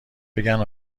بگن